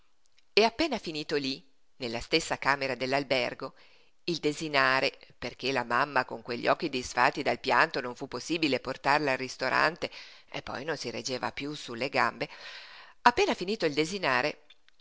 e appena finito lí nella stessa camera dell'albergo il desinare perché la mamma con quegli occhi disfatti dal pianto non fu possibile portarla al ristorante e poi non si reggeva piú sulle gambe appena finito il desinare